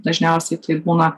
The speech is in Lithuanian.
dažniausiai tai būna